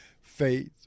faith